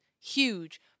huge